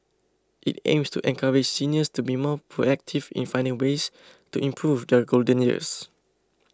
it aims to encourage seniors to be more proactive in finding ways to improve their golden years